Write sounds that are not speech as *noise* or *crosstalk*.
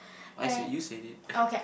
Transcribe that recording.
I say you said it *laughs*